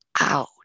out